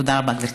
תודה רבה, גברתי.